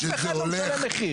אף אחד לא משלם מחיר.